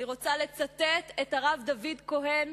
אני רוצה לצטט את הרב דוד כהן,